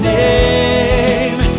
name